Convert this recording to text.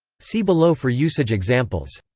see below for usage examples.